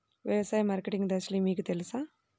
వ్యవసాయ మార్కెటింగ్ దశలు మీకు తెలుసా?